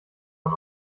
man